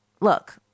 look